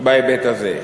בהיבט הזה.